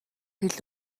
хэл